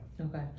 Okay